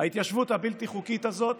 ההתיישבות הבלתי חוקית הזאת